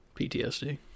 PTSD